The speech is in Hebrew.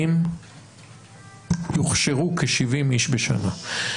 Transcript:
יוכשרו כ-70 איש בשנה.